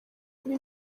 kuri